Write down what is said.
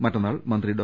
മറ്റന്നാൾ മന്ത്രി ഡോ